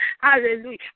Hallelujah